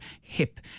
hip